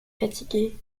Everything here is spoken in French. fatigué